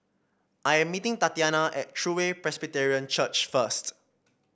I am meeting Tatyana at True Way Presbyterian Church first